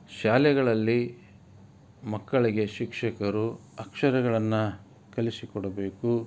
ಶಾಲೆಗಳಲ್ಲಿ ಮಕ್ಕಳಿಗೆ ಶಿಕ್ಷಕರು ಅಕ್ಷರಗಳನ್ನು ಕಲಿಸಿಕೊಡಬೇಕು